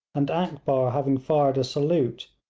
and akbar having fired a salute,